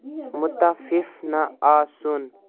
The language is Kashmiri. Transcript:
مُتَفِف نہ آسُن